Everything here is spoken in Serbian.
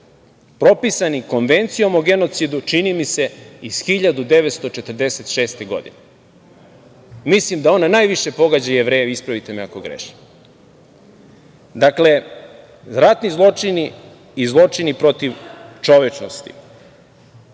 propisani Konvencijom o genocidu, čini mi se, iz 1946. godine. Mislim da ona najviše pogađa Jevreje, ispravite me ako grešim. Dakle, ratni zločini i zločini protiv čovečnosti.